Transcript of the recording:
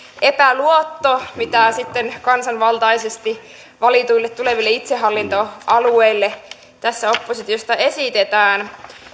epäluotto mitä sitten kansanvaltaisesti valituille tuleville itsehallintoalueille tässä oppositiosta esitetään